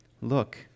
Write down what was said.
Look